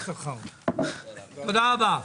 תודה רבה.